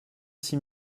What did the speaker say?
six